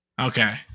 Okay